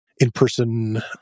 in-person